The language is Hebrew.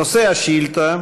נושא השאילתה: